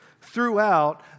throughout